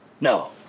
No